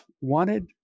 wanted